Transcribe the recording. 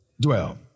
dwell